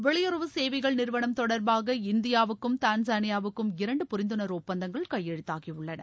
வெளியுறவு சேவைகள் நிறுவனம் தொடர்பாக இந்தியாவுக்கும் தான்சானியாகவுக்கும் இரண்டு புரிந்துணர்வு ஒப்பந்தங்கள் கையெழுத்தாகியுள்ளன